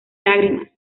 lágrimas